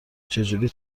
چجوری